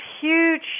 huge